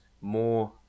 more